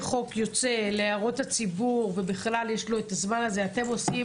החוק יוצא להערות הציבור ובכלל יש לו הזמן הזה אתם עושים